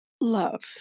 love